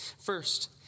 First